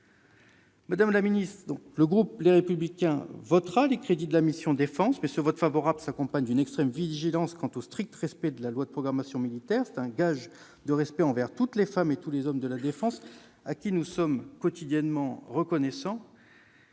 Madame la ministre, le groupe Les Républicains votera les crédits de la mission « Défense ». Toutefois, ce vote favorable s'accompagne d'une extrême vigilance quant au strict respect de la loi de programmation militaire, gage du respect que nous devons à toutes les femmes et à tous les hommes engagés au service de la défense. Nous leur sommes quotidiennement reconnaissants.